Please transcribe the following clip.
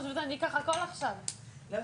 שמחון צו הבאה,